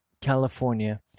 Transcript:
California